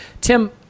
Tim